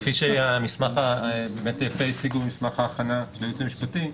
כפי שיפה הציגו במסמך ההכנה של הייעוץ המשפטי,